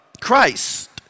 Christ